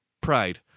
Pride